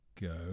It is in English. go